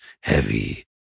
heavy